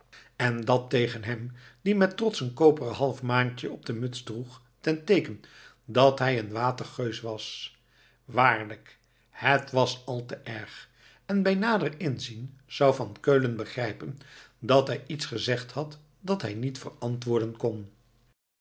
en dat tegen hem die met trots een koperen half maantje op de muts droeg ten teeken dat hij een watergeus was waarlijk het was al te erg en bij nader inzien zou van keulen begrijpen dat hij iets gezegd had dat hij niet verantwoorden kon